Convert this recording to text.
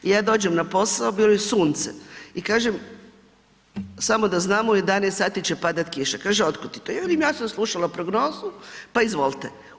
I ja dođem na posao bilo je sunce i kažem samo da znamo u 11 sati će padati kiša, kaže od kud ti to, ja velim ja sam slušala prognozu, pa izvolte.